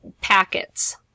packets